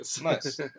Nice